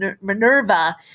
Minerva